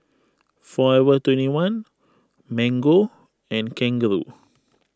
forever twenty one Mango and Kangaroo